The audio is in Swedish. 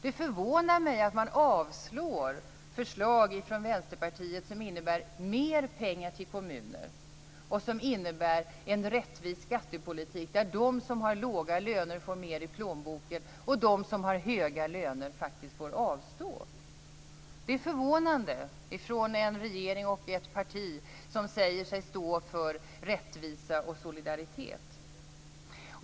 Det förvånar mig att man avslår förslag från Vänsterpartiet som innebär mer pengar till kommuner och en rättvis skattepolitik så att de som har låga löner får mer i plånboken och de som har höga löner faktiskt får avstå. Det är förvånande från en regering och från ett parti som säger sig stå för rättvisa och solidaritet.